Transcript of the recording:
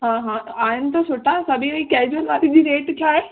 हा हा आहिनि त सुठा सभ इहे कैजुअल वारी बि रेट छा आहे